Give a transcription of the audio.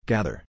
Gather